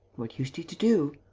what used he to do?